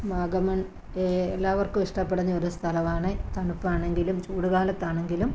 വാഗമൺ എല്ലാവർക്കും ഇഷ്ടപ്പെടുന്ന ഒരു സ്ഥലമാണ് തണുപ്പാണങ്കിലും ചൂടുകാലത്താണങ്കിലും